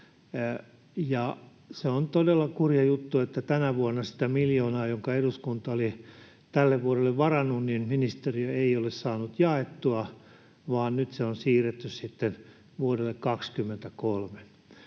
Se on todella kurja juttu, että tänä vuonna sitä miljoonaa, jonka eduskunta oli tälle vuodelle varannut, ministeriö ei ole saanut jaettua, vaan nyt se on siirretty sitten vuodelle 23.